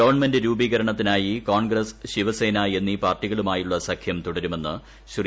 government രൂപീകരണത്തിനായി Congress Shiv Sena എന്നീ പാർട്ടികളുമായുള്ള സഖ്യം തുടരുമെന്ന് ശ്രീ